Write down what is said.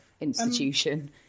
institution